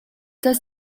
does